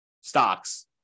stocks